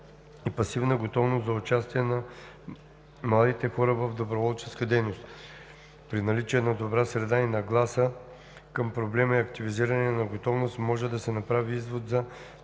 и пасивна готовност за участие на младите хора в доброволческа дейност. При наличие на добра среда за нагласа към проблема и активизиране на готовност може да се направи извод за